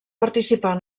participar